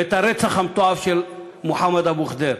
ואת הרצח המתועב של מוחמד אבו ח'דיר.